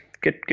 good